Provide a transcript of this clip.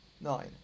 Nine